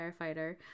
firefighter